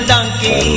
Donkey